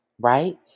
right